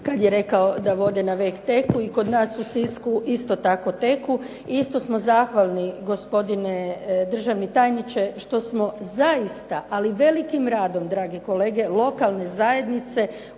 kad je rekao da vode navek teku. I kod nas u Sisku isto tako teku i isto smo zahvalni gospodine državni tajniče što smo zaista, ali velikim radom drage kolege lokalne zajednice,